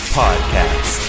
podcast